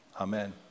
Amen